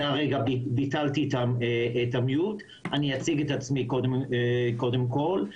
אני אציג את עצמי קודם כל,